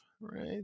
right